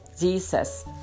jesus